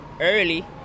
early